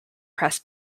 press